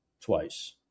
twice